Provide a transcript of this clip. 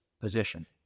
position